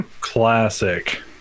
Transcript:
Classic